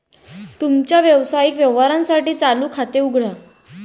तुमच्या व्यावसायिक व्यवहारांसाठी चालू खाते उघडा